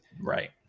right